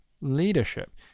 leadership